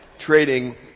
Trading